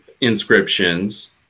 inscriptions